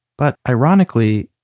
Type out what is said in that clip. but, ironically,